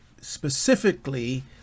specifically